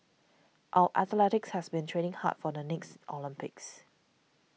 our athletes have been training hard for the next Olympics